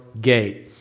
gate